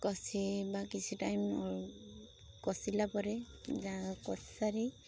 କଷିବା କିଛି ଟାଇମ୍ କଷିଲା ପରେ ଯାହା କଷି ସାରି